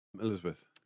Elizabeth